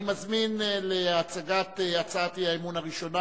אני מזמין להצגת הצעת האי-אמון הראשונה,